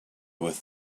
with